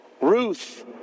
Ruth